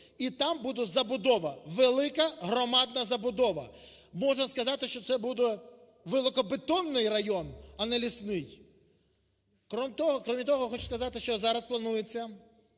і там буде забудова, велика громадна забудова. Можна сказати, що це буде великобетонний район, а не Лісний. Крім того, я хочу сказати, що зараз планується